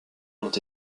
ont